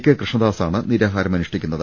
K കൃഷ്ണദാസാണ് നിരാഹാരമനുഷ്ടി ക്കുന്നത്